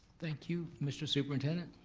thank you. mr. superintendent?